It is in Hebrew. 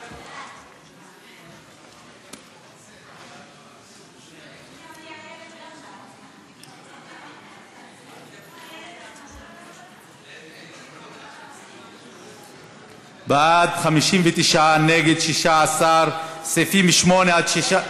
16. סעיפים 7 16,